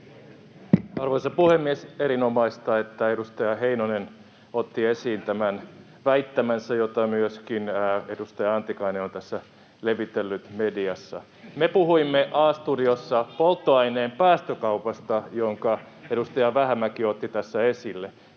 Arvoisa puhemies! Erinomaista, että edustaja Heinonen otti esiin tämän väittämänsä, jota myöskin edustaja Antikainen on tässä levitellyt mediassa. [Sanna Antikainen pyytää vastauspuheenvuoroa] Me puhuimme A-studiossa polttoaineen päästökaupasta, jonka edustaja Vähämäki otti tässä esille.